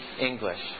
English